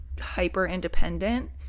hyper-independent